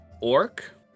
orc